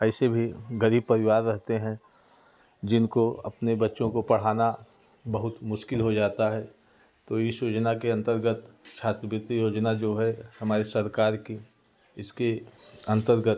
ऐसे भी ग़रीब परिवार रहते हैं जिनको अपने बच्चों को पढ़ाना बहुत मुश्किल हो जाता है तो इस योजना के अन्तर्गत छात्रवृति योजना जो है हमारी सरकार की इसके अन्तर्गत